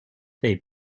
they